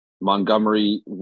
Montgomery